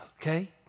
okay